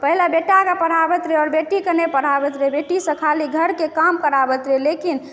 पहिने बेटाकेँ पढ़ाबैत रहै आओर बेटीके नहि पढ़ाबैत रहै बेटीसँ खालीघरके काम कराबैत रहै लेकिन